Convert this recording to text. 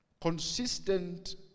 Consistent